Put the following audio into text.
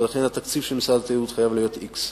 ולכן התקציב של משרד התיירות חייב להיות x.